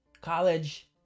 college